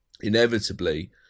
inevitably